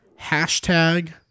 Hashtag